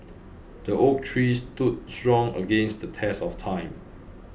the oak tree stood strong against the test of time